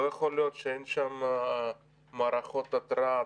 לא יכול להיות שאין שם מערכות התרעה,